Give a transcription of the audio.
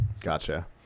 Gotcha